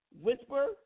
Whisper